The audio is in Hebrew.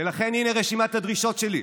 ולכן, הינה רשימת הדרישות שלי: